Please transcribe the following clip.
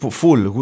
full